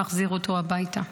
להחזיר אותו הביתה.